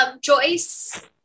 Joyce